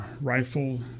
rifle